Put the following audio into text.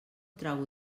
trago